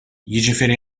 jiġifieri